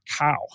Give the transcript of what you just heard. cow